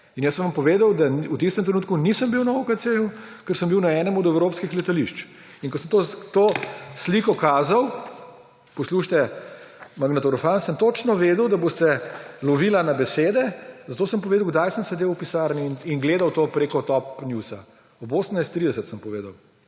Jaz sem vam povedal, da v tistem trenutku nisem bil na OKC, ker sem bil na enem od evropskih letališč. Ko sem to sliko kazal, poslušajte magnetogram, sem točno vedel, da boste lovili na besede, zato sem povedal, kdaj sem sedel v pisarni in gledal to preko Topnewsa. Ob 18.30 sem povedal.